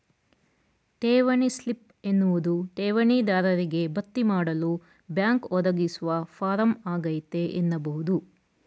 ಠೇವಣಿ ಸ್ಲಿಪ್ ಎನ್ನುವುದು ಠೇವಣಿ ದಾರರಿಗೆ ಭರ್ತಿಮಾಡಲು ಬ್ಯಾಂಕ್ ಒದಗಿಸುವ ಫಾರಂ ಆಗೈತೆ ಎನ್ನಬಹುದು